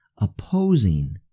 opposing